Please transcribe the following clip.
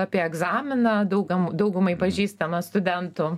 apie egzaminą daug kam daugumai pažįstama studentų